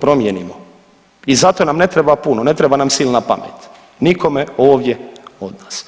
promijenimo i zato nam ne treba puno, ne treba nam silna pamet nikome ovdje od nas.